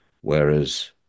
whereas